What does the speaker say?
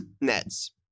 Nets